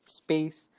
space